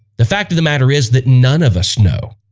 the fact of the matter is that none of us know